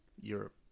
Europe